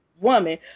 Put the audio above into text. woman